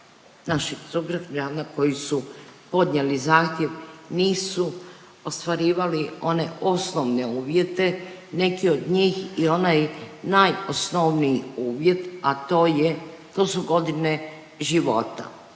naših sugrađana koji su podnijeli zahtjev nisu ostvarivali one osnovne uvjete. Neki od njih i onaj najosnovniji uvjet, a to su godine života.